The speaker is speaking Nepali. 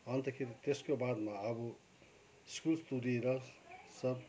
अन्तखेरि त्यसको बादमा अब स्कुल तुरिएर सब